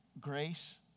grace